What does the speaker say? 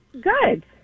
Good